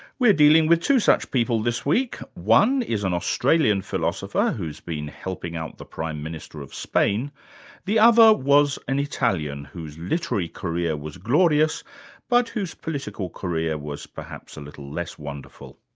we're dealing with two such people this week one is an australian philosopher who's been helping out the prime minister of spain the other was an italian whose literary career was glorious but whose political career was perhaps a little less wonderful.